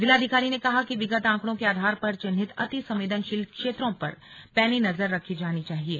जिलाधिकारी ने कहा कि विगत आंकड़ों के आधार पर चिन्हित अति संवेदनशील क्षेत्रों पर पैनी नजर रखी जानी चाहिये